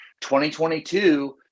2022